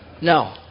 no